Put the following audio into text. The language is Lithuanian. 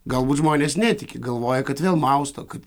galbūt žmonės netiki galvoja kad vėl mausto kaip